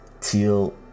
till